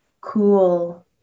cool